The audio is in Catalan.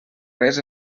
res